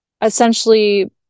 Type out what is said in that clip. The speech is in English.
essentially